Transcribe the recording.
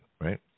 right